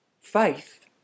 faith